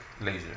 lasers